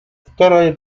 вторая